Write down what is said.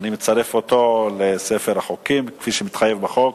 ואני מצרף אותו לספר החוקים, כפי שמתחייב בחוק.